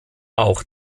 auch